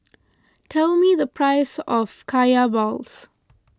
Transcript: tell me the price of Kaya Balls